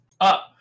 up